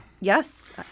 Yes